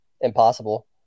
impossible